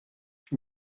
she